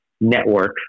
network